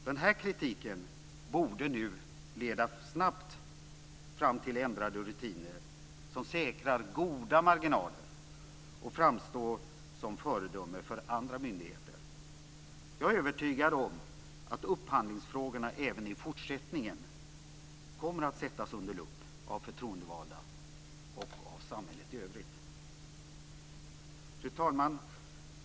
Den kritiken borde nu snabbt leda fram till ändrade rutiner, som säkrar goda marginaler och framstår som ett föredöme för andra myndigheter. Jag är övertygad om att upphandlingsfrågorna även i fortsättningen kommer att sättas under lupp av förtroendevalda och av samhället i övrigt. Fru talman!